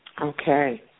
Okay